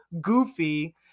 goofy